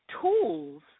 tools